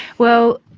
well,